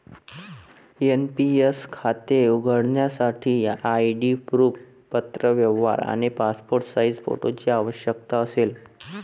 NPS खाते उघडण्यासाठी ID proof, पत्रव्यवहार आणि पासपोर्ट साइज फोटोची आवश्यकता असेल